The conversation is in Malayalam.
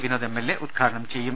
വിനോദ് എംഎൽഎ ഉദ്ഘാടനം ചെയ്യും